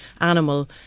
animal